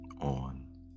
on